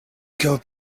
god